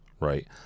right